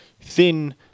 thin